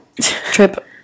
trip